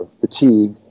fatigue